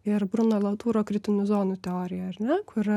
ir bruno laturo kritinių zonų teorijoj ar ne kur yra